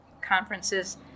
conferences